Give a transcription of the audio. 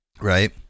Right